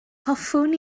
hoffwn